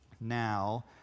Now